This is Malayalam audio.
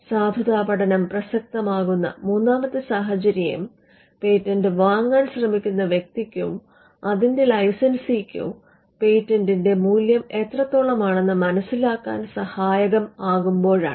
സാധുതാപഠനം പ്രസക്തമാകുന്ന മൂന്നാമത്തെ സാഹചര്യം പേറ്റന്റ് വാങ്ങാൻ ശ്രമിക്കുന്ന വ്യക്തിക്കോ അതിന്റെ ലൈസെൻസിക്കോ പേറ്റന്റിന്റെ മൂല്യം എത്രത്തോളം ആണെന്ന് മനസിലാക്കാൻ സഹായകമാകുമ്പോഴാണ്